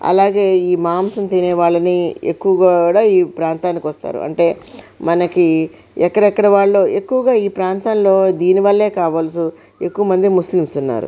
అలాగే ఈ మాంసం తినే వాళ్ళని ఎక్కువగా కూడా ఈ ప్రాంతానికి వస్తారు అంటే మనకి ఎక్కడెక్కడ వాళ్ళు ఎక్కువగా ఈ ప్రాంతాల్లో దీనివల్లే కావచ్చు ఎక్కువ మంది ముస్లిం ఉన్నారు